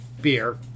beer